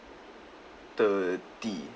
thirty